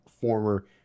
former